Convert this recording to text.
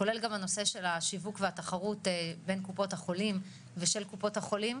כולל גם הנושא של השיווק והתחרות בין קופות החולים ושל קופות החולים.